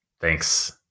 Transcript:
Thanks